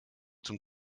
zum